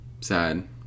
Sad